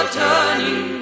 turning